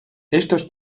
estos